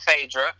Phaedra